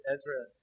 Ezra